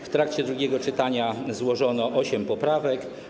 W trakcie drugiego czytania złożono osiem poprawek.